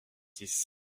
dix